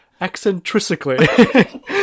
Eccentrically